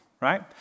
Right